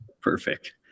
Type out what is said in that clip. Perfect